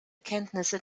kenntnisse